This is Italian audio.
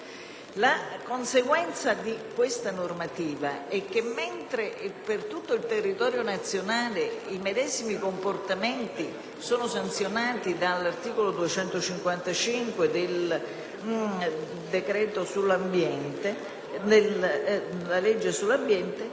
La conseguenza di questa normativa è che, mentre per tutto il territorio nazionale i medesimi comportamenti sono sanzionati dall'articolo 255 della legge sull'ambiente,